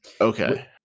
Okay